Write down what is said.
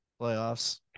playoffs